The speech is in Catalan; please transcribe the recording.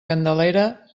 candelera